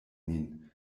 nin